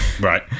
Right